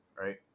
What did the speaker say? right